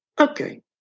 Okay